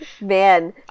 Man